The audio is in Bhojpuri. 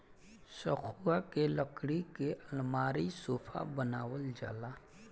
सखुआ के लकड़ी के अलमारी, सोफा बनावल जाला